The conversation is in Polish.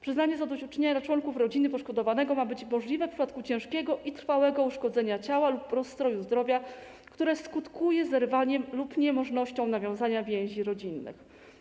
Przyznanie zadośćuczynienia członkom rodziny poszkodowanego ma być możliwe w przypadku ciężkiego i trwałego uszkodzenia ciała lub rozstroju zdrowia skutkującego zerwaniem lub niemożnością nawiązania więzi rodzinnych.